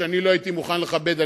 שלא הייתי מוכן לכבד,